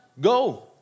Go